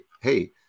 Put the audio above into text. hey